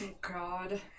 god